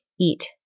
eat